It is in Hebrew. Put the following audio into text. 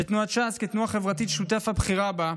שתנועת ש"ס כתנועה חברתית שותפה בכירה בה,